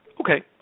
Okay